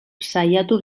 saiatu